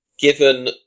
Given